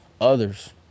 others